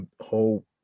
whole